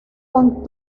con